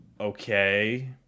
okay